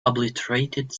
obliterated